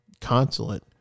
consulate